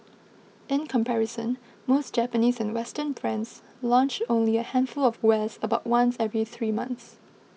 in comparison most Japanese and Western brands launch only a handful of wares about once every three months